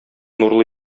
нурлы